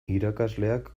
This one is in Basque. irakasleak